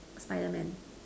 spider man